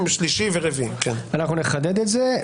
אנחנו נחדד את זה.